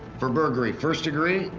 for burglary, first degree?